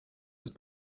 ist